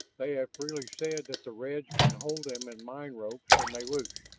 they have freely said that the reds can hold them in mind ropes when they wish.